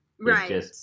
Right